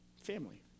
family